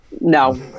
No